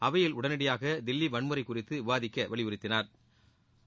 அவையில் உடனடியாக தில்லி வன்முறை குறித்து விவாதிக்க வலியுறுத்தினாா்